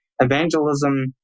evangelism